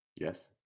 Yes